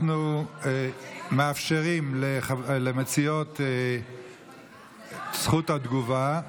אנחנו מאפשרים למציעות את זכות התגובה.